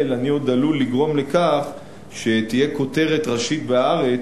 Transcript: אני עוד עלול לגרום לכך שתהיה כותרת ראשית ב"הארץ"